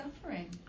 suffering